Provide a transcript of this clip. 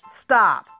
Stop